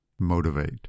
motivate